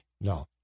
No